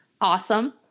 awesome